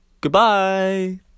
Goodbye